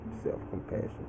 self-compassion